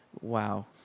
wow